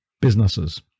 businesses